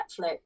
Netflix